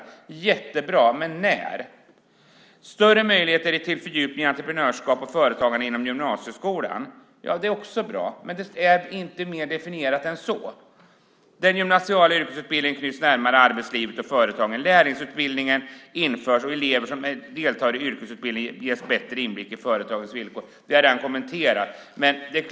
Det är jättebra, men när kommer det? Det blir större möjligheter till fördjupningar i entreprenörskap och företagande inom gymnasieskolan. Det är också bra. Men det är inte mer definierat än så. Den gymnasiala yrkesutbildningen knyts närmare arbetslivet och företagen. Lärlingsutbildningen införs, och elever som deltar i yrkesutbildningen ges bättre inblick i företagets villkor. Det har jag redan kommenterat.